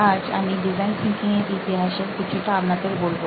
আজ আমি design thinking এর ইতিহাস কিছুটা আপনাদের বলব